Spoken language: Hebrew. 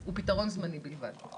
הוא פתרון זמני בלבד.